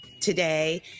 today